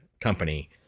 company